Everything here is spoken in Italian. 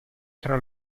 tra